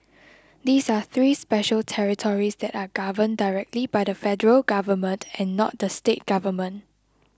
these are three special territories that are governed directly by the Federal Government and not the state government